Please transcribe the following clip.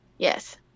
Yes